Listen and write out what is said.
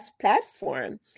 platform